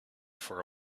for